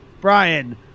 brian